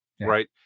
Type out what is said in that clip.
right